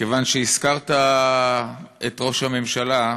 כיוון שהזכרת את ראש הממשלה,